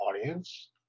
audience